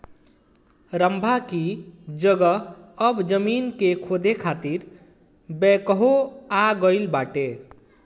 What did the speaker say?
रम्भा की जगह अब जमीन के खोदे खातिर बैकहो आ गईल बाटे